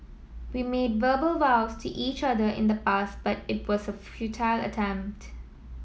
we made verbal vows to each other in the past but it was a futile attempt